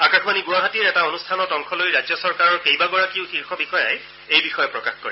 আকাশবাণী গুৱাহাটীৰ এটা অনুষ্ঠানত অংশ লৈ ৰাজ্য চৰকাৰৰ কেইবাগৰাকীও শীৰ্ষ বিয়াই এই বিয়েয় প্ৰকাশ কৰে